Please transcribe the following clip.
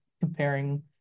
comparing